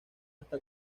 hasta